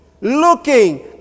Looking